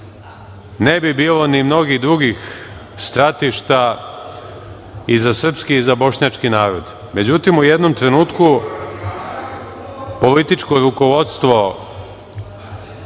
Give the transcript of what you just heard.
ne bi bilo ni mnogih drugih stratišta i za srpski i za bošnjački narod.Međutim, u jednom trenutku, političko rukovodstvo